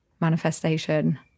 manifestation